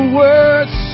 words